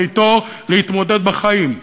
ואתו להתמודד בחיים,